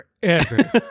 forever